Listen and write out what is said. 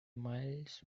miles